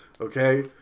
Okay